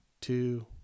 two